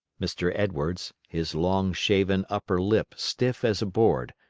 mr. edwards, his long, shaven upper lip stiff as a board,